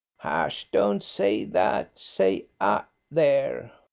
hush! don't say that say ah there!